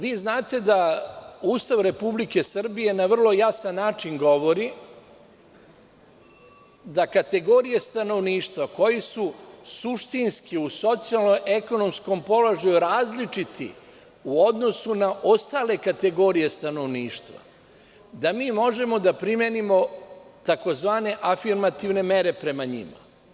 Vi znate da Ustav Republike Srbije na vrlo jasan način govori da kategorije stanovništva koji su suštinski u socijalno-ekonomskom položaju različiti, u odnosu na ostale kategorije stanovništva, da mi možemo da primenimo takozvane afirmativne mere prema njima.